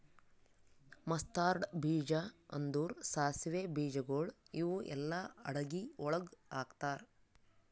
mustard ಬೀಜ ಅಂದುರ್ ಸಾಸಿವೆ ಬೀಜಗೊಳ್ ಇವು ಎಲ್ಲಾ ಅಡಗಿ ಒಳಗ್ ಹಾಕತಾರ್